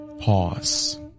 pause